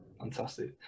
Fantastic